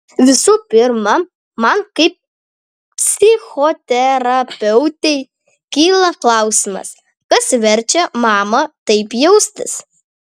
visų pirma man kaip psichoterapeutei kyla klausimas kas verčia mamą taip jaustis